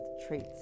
traits